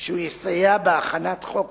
שהוא יסייע בהכנת חוק